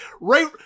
Right